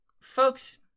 folks